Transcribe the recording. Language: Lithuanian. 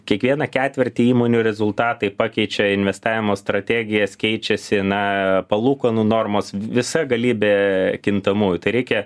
kiekvieną ketvirtį įmonių rezultatai pakeičia investavimo strategijas keičiasi na palūkanų normos visa galybė kintamųjų tai reikia